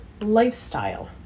lifestyle